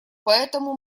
поэтому